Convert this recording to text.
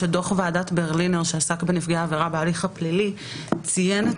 שדוח ועדת ברלינר שעסק בנפגעי עבירה בהליך הפלילי ציין את